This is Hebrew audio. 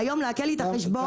והיום לעקל לי את החשבון.